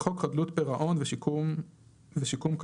בחוק חדלות פירעון ושיקום כלכלי,